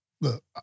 Look